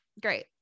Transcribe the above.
great